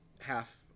half